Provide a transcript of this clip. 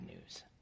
news